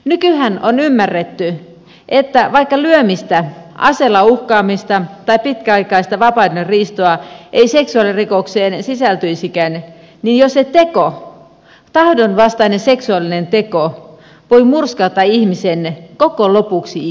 nykyään on ymmärretty että vaikka lyömistä aseella uhkaamista tai pitkäaikaista vapaudenriistoa ei seksuaalirikokseen sisältyisikään jo se teko tahdonvastainen seksuaalinen teko voi murskata ihmisen koko lopuksi ikää